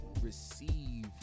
receive